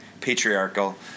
patriarchal